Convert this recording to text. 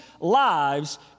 lives